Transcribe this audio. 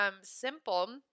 simple